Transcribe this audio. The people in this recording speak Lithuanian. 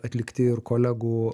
atlikti ir kolegų